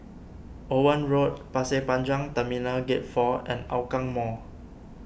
Owen Road Pasir Panjang Terminal Gate four and Hougang Mall